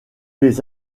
les